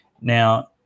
Now